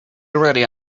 ready